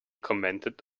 commented